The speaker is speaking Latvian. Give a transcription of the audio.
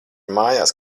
mājās